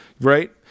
right